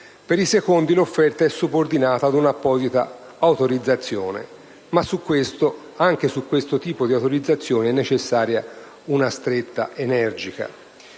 per i secondi, l'offerta è subordinata ad una apposita autorizzazione. Ma anche su questo tipo di autorizzazione è necessaria una stretta energica.